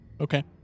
okay